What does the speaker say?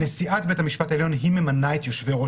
נשיאת בית המשפט העליון ממנה את יושבי-ראש